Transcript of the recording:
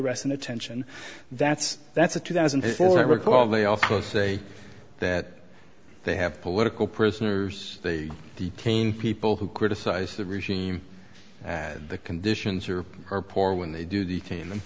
arrest and attention that's that's a two thousand and four i recall they also say that they have political prisoners they detain people who criticize the regime and the conditions are poor when they do detain them